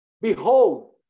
Behold